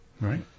right